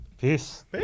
Peace